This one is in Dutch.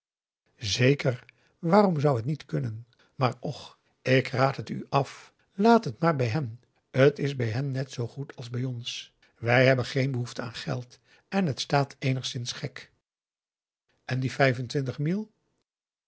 zeker waarom zou het niet kunnen maar och ik raad het u af laat het maar bij hen t is bij hen net zoo goed als bij ons wij hebben geen behoefte aan geld en het staat eenigszins gek en die vijf